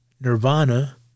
Nirvana